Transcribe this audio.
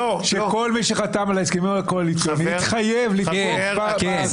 שכל מי שחתם על ההסכמים הקואליציוניים התחייב לתמוך בזה?